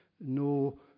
no